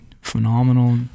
phenomenal